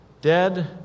dead